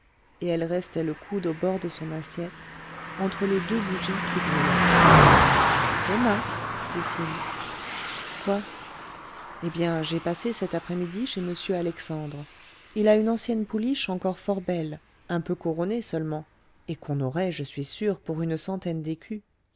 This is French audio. et elle restait le coude au bord de son assiette entre les deux bougies qui brûlaient emma dit-il quoi eh bien j'ai passé cette après-midi chez m alexandre il a une ancienne pouliche encore fort belle un peu couronnée seulement et qu'on aurait je suis sûr pour une centaine